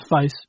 face